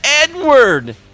Edward